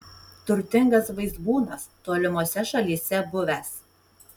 turtingas vaizbūnas tolimose šalyse buvęs